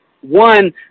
one